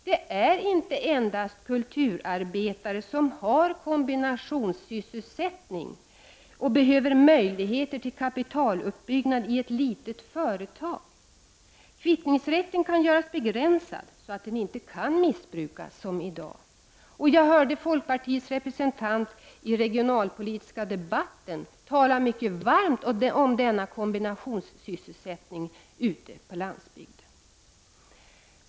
Det är inte endast kulturarbetare som har kombinationssysselsättning och behöver möjligheter till kapitaluppbyggnad i ett litet företag. Kvittningsrätten kan göras begränsad så att den inte kan missbrukas på samma sätt som i dag. Jag hörde folkpartiets representant i den regionalpolitiska debatten tala mycket varmt om denna kombinationssysselsättning ute på landsbygden.